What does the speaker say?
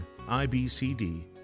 IBCD